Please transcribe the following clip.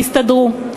תסתדרו.